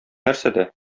нәрсәдә